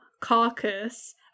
carcass